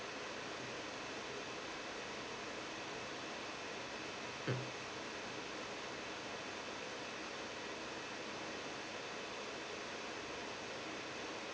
mm